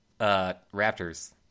Raptors